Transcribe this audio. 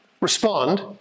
respond